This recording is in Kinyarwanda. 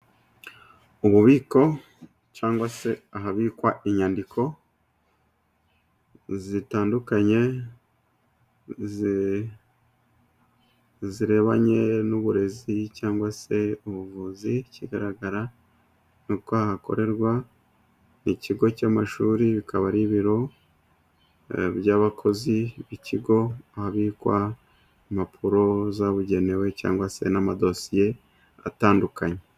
Ububiko cyangwa se ahabikwa inyandiko, zitandukanye zirebana n'uburezi cyangwa se ubuvuzi, bigaragara ko hakorerwa n'ikigo cy' amashuri, bikaba ar'ibiro by'abakozi b'ikigo, habikwa impapuro zabugenewe cyangwa se n'amadosiye atandukanye.